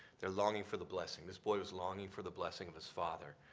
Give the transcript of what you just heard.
they're longing for the blessing. this boy was longing for the blessing of his father.